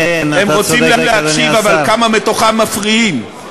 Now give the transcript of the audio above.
הם רוצים להקשיב, אבל כמה מתוכם מפריעים.